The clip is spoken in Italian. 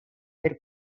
per